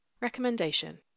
Recommendation